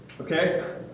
Okay